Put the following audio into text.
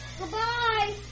Goodbye